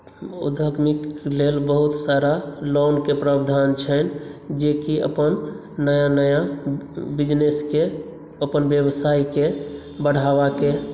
उद्योग नीतिके लेल बहुत सारा लोनके प्रावधान छनि जेकि अपन नया नया बिजनेसके अपन व्यवसायके बढ़ावाके